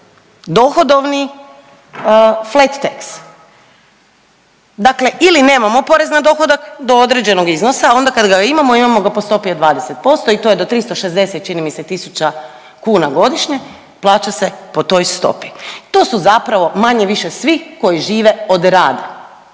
se ne razumije./… dakle ili nemamo porez na dohodak do određenog iznosa, a onda kad ga imamo imamo ga po stopi po stopi od 20% i to je do 360 čini mi se tisuća kuna godišnje, plaća se po toj stopi. To su zapravo manje-više svi koji žive od rada.